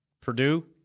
Purdue